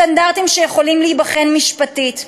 סטנדרטים שיכולים להיבחן משפטית.